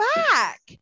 back